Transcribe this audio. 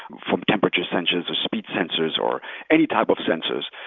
from temperature sensors, or speed sensors or any type of sensors,